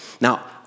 Now